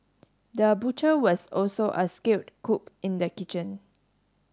the butcher was also a skilled cook in the kitchen